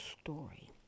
story